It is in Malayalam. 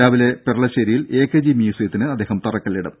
രാവിലെ പെരളശ്ശേരിയിൽ എ കെ ജി മ്യൂസിയത്തിന് അദ്ദേഹം തറക്കല്ലിടും